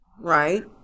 right